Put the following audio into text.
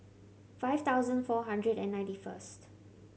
five thousand four hundred and ninety first